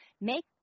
make